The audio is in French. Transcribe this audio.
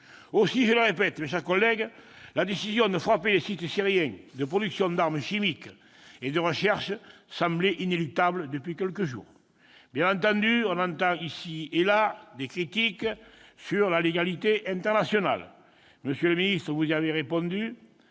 Aussi, je le répète, mes chers collègues, la décision de frapper les sites syriens de production d'armes chimiques et de recherche semblait inéluctable depuis quelques jours. Bien entendu, on entend ici et là des critiques sur la légalité internationale. Monsieur le ministre, vous y avez répondu.